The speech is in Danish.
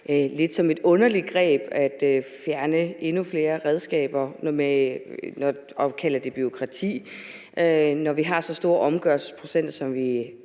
lidt som et underligt greb at fjerne endnu flere redskaber, og at kalde det bureaukrati, når vi har så store omgørelsesprocenter, som vi har.